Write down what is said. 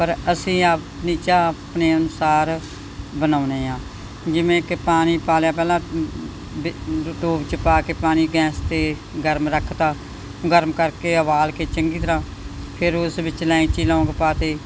ਪਰ ਅਸੀਂ ਆਪਣੀ ਚਾਹ ਆਪਣੇ ਅਨੁਸਾਰ ਬਣਾਉਂਦੇ ਹਾਂ ਜਿਵੇਂ ਕਿ ਪਾਣੀ ਪਾ ਲਿਆ ਪਹਿਲਾਂ ਟੋਪ 'ਚ ਪਾ ਕੇ ਪਾਣੀ ਗੈਂਸ 'ਤੇ ਗਰਮ ਰੱਖਤਾ ਗਰਮ ਕਰਕੇ ਉਬਾਲ ਕੇ ਚੰਗੀ ਤਰ੍ਹਾਂ ਫਿਰ ਉਸ ਵਿੱਚ ਇਲਾਇਚੀ ਲੌਂਗ ਪਾ ਦਿੱਤੇ